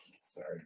Sorry